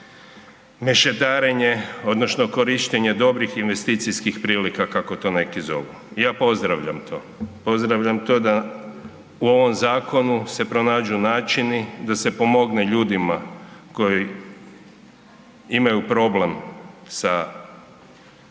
mešetarenje odnosno korištenje dobrih investicijskih prilika kako to neki zovu. I ja pozdravljam to, pozdravljam to da u ovom zakonu se pronađu načini da se pomogne ljudima koji imaju problem sa novcima